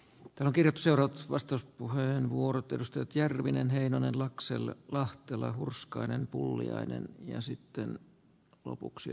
uutena kirsi roth vastus puheenvuorot ennusteet järvinen heinänen laxell lahtela hurskainen pulliainen toimii toisin